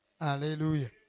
Hallelujah